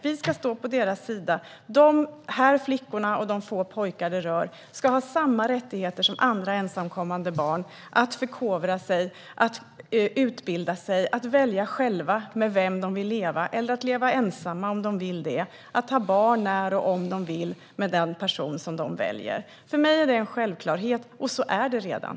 Vi ska stå på barnens sida. De här flickorna, och de få pojkar det rör, ska ha samma rättigheter som andra ensamkommande barn att förkovra sig, att utbilda sig, att välja själva med vem de vill leva med eller att leva ensamma om de vill det och att ha barn när och om de vill med den person som de väljer. För mig är det en självklarhet, och så är det redan.